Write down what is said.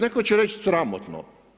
Netko će reći sramotno.